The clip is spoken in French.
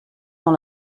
dans